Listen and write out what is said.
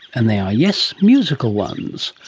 and they are, yes, musical ones.